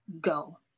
go